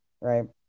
right